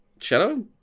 Shadow